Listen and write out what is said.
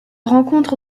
rencontre